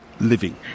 living